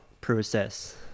process